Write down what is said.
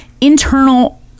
internal